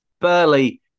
Burley